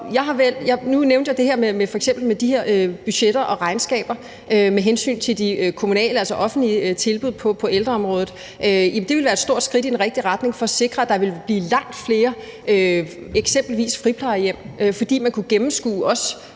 Nu nævnte jeg f.eks. de her budgetter og regnskaber med hensyn til de kommunale, altså offentlige, tilbud på ældreområdet. Det ville være et stort skridt i den rigtige retning for at sikre, at der ville blive langt flere eksempelvis friplejehjem, fordi man i kommunalbestyrelsen også